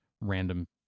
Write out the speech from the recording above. random